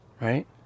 right